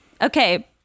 Okay